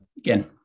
Again